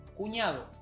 Cuñado